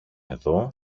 εδώ